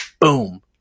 boom